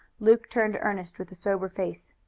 luke turned to ernest with a sober face.